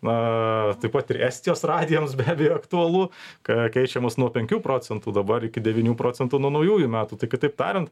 na taip pat ir estijos radijams be abejo aktualu ką keičiamas nuo penkių procentų dabar iki devynių procentų nuo naujųjų metų tai kitaip tariant